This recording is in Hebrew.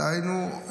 דהיינו,